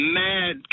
mad